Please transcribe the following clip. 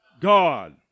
God